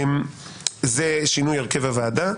זה שינוי הרכב הוועדה.